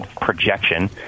projection